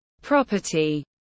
Property